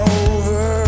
over